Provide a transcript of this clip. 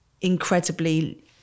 incredibly